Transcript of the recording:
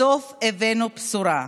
בסוף הבאנו בשורה.